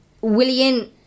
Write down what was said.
William